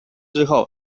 日后